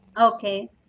Okay